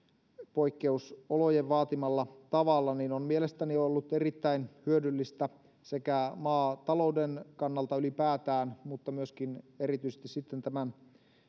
poikkeusolojen vaatimalla tavalla niin on mielestäni ollut erittäin hyödyllistä sekä maatalouden kannalta ylipäätään mutta myöskin erityisesti sitten tämän